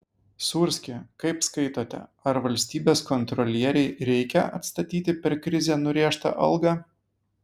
sūrski kaip skaitote ar valstybės kontrolierei reikia atstatyti per krizę nurėžtą algą